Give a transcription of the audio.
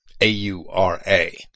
a-u-r-a